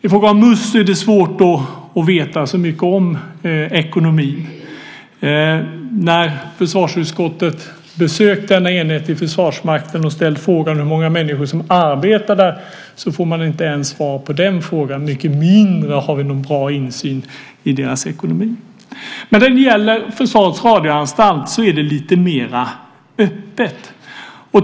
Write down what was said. I fråga om Must är det svårt att veta särskilt mycket om ekonomin. När försvarsutskottet besökt denna enhet i Försvarsmakten och frågat hur många som arbetar där har vi inte ens fått svar på den frågan. Än mindre har vi någon god insyn i deras ekonomi. När det gäller Försvarets radioanstalt är det lite mer öppet.